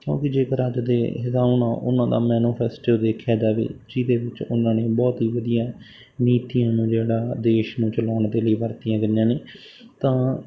ਕਿਉਂਕਿ ਜੇਕਰ ਅੱਜ ਦੇ ਹਿਸਾਬ ਨਾਲ ਉਹਨਾਂ ਦਾ ਮੈਨੂਫੈਸਟੋ ਦੇਖਿਆ ਜਾਵੇ ਜਿਹਦੇ ਵਿੱਚ ਉਹਨਾਂ ਨੇ ਬਹੁਤ ਹੀ ਵਧੀਆ ਨੀਤੀਆਂ ਜਿਹੜਾ ਦੇਸ਼ ਨੂੰ ਚਲਾਉਣ ਦੇ ਲਈ ਵਰਤੀਆਂ ਗਈਆਂ ਨੇ ਤਾਂ